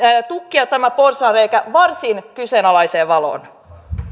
tukkia tämä porsaanreikä varsin kyseenalaiseen valoon